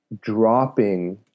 dropping